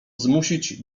zmusić